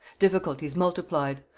difficulties multiplied.